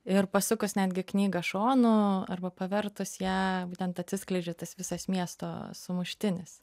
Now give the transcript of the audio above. ir pasukus netgi knygą šonu arba pavertus ją būtent atsiskleidžia tas visas miesto sumuštinis